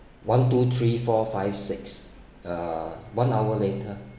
one two three four five six uh one hour later